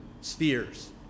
spheres